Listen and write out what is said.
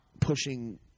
pushing